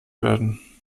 werden